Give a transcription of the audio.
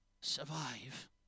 survive